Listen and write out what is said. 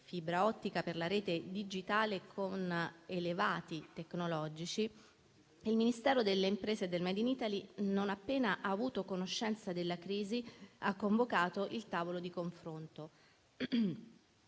fibra ottica per la rete digitale con elevati *standard* tecnologici, il Ministero delle imprese e del *made in Italy*, non appena ha avuto conoscenza della crisi, ha convocato il tavolo di confronto.